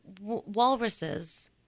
walruses